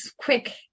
quick